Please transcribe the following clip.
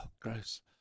gross